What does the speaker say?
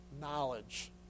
knowledge